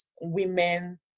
women